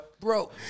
Bro